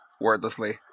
wordlessly